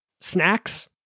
snacks